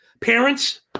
parents